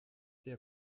der